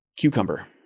Cucumber